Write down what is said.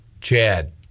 Chad